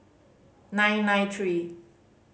nine nine three